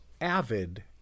avid